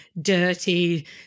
dirty